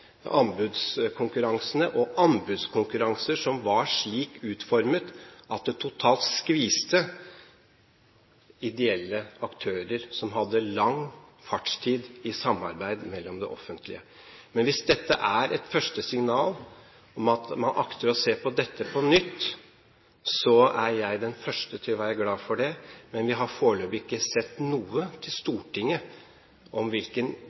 anbudskonkurransene – anbudskonkurranser som var slik utformet at det totalt skviste ideelle aktører som hadde lang fartstid i samarbeid med det offentlige. Men hvis dette er et første signal om at man akter å se på dette på nytt, er jeg den første til å være glad for det, men Stortinget har foreløpig ikke sett noe til hvilken